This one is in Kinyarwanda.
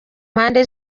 mpande